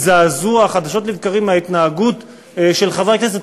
חדשות לבקרים מההתנהגות של חברי הכנסת,